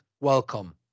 welcome